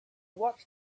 watch